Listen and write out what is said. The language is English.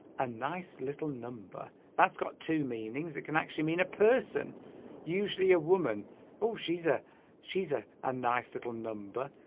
a nice little number that's got two meanings it can actually mean a person usually a woman oh she's a she's a a nice little number